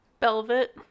Velvet